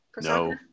No